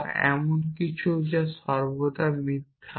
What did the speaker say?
বা এমন কিছু যা সর্বদা মিথ্যা